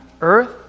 earth